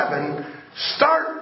start